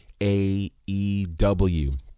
AEW